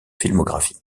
filmographie